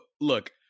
Look